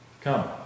come